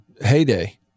heyday